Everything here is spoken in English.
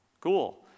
Cool